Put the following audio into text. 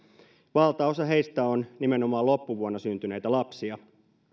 valtaosa heistä on nimenomaan loppuvuonna syntyneitä lapsia